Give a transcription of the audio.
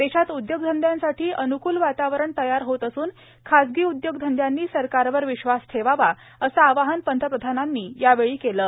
देशात उदयोगधंदयांसाठी अन्कूल वातावरण तयार होत असून खाजगी उद्योगधंद्यांनी सरकारवर विश्वास ठेवावा असं आवाहन पंतप्रधानांनी यावेळी केलं आहे